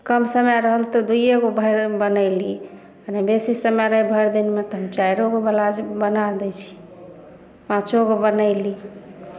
कम समय रहल तऽ दुइए गो भरि दिनमे बनयली बेसी समय रहल भरि दिनमे तहन चारिओ गो ब्लाउज बना दै छियै पाँचो गो बनयली